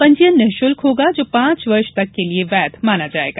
पंजीयन निरूशुल्क होगा जो पाँच वर्ष तक के लिये वैध माना जायेगा